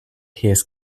his